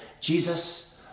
Jesus